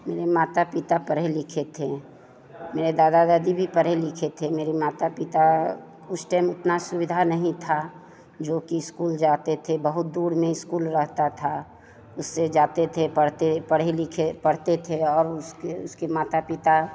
मेरे माता पिता पढ़े लिखे थे मेरे दादा दादी भी पढ़े लिखे थे मेरे माता पिता उस टाइम उतनी सुविधा नहीं थी जोकि इस्कूल जाते थे बहुत दूर में इस्कूल रहता था उससे जाते थे पढ़ते पढ़े लिखे पढ़ते थे और उस उसके माता पिता